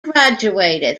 graduated